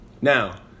Now